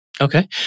Okay